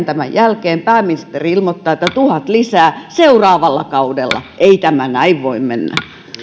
tämän jälkeen pääministeri ilmoittaa että tuhat lisää seuraavalla kaudella ei tämä näin voi mennä